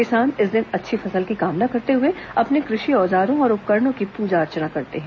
किसान इस दिन अच्छी फसल की कामना करते हुए अपने कृषि औजारों और उपकरणों की पूजा अर्चना करते हैं